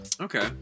Okay